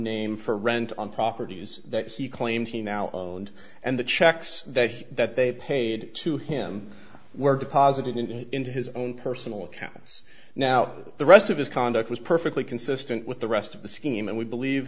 name for rent on properties that he claims he now and and the checks that that they paid to him were deposited in into his own personal accounts now the rest of his conduct was perfectly consistent with the rest of the scheme and we believe